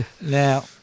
Now